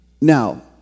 Now